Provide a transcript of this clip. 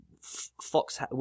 Fox